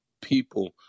people